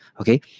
Okay